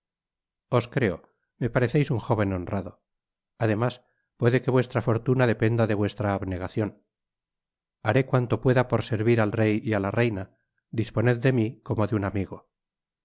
os creo me pareceis un jóven honrado además puede que vuestra fortuna dependa de vuestra abnegacion haré cuanto pueda por servir al rey y á la reina disponed de mi como de un amigo